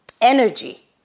energy